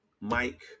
Mike